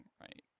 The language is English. right